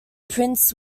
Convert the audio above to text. prints